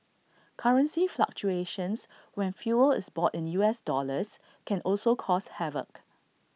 currency fluctuations when fuel is bought in U S dollars can also cause havoc